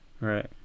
Right